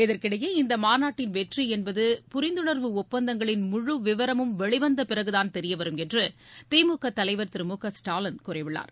இதற்கிடையே இந்த மாநாட்டின் வெற்றி என்பது புரிந்துணர்வு ஒப்பந்தங்களின் முழு விவரமும் வெளி வந்த பிறகுதான் தெரிய வரும் என்று திமுக தலைவர் திரு மு க ஸ்டாலின் கூறியுள்ளார்